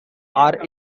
are